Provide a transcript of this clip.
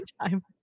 time